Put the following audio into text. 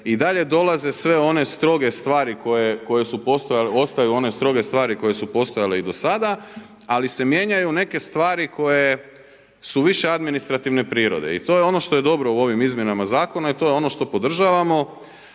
koje su, ostaju one stroge stvari koje su postojale i do sada, ali se mijenjaju neke stvari koje su više administrativne prirode. I to je ono što je dobro u ovim izmjenama zakona. I to je ono što podržavamo,